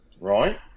right